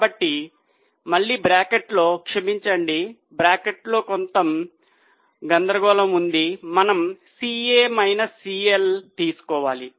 కాబట్టి మళ్ళీ బ్రాకెట్లో క్షమించండి బ్రాకెట్లో కొంత గందరగోళం ఉంది మనం CA మైనస్ CL తీసుకోవాలి